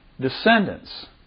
descendants